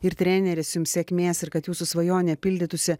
ir treneris jums sėkmės ir kad jūsų svajonė pildytųsi